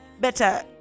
better